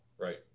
Right